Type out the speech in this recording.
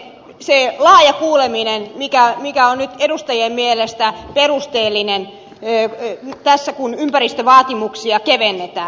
tämä oli se laaja kuuleminen mikä on nyt edustajien mielestä perusteellinen kun tässä ympäristövaatimuksia kevennetään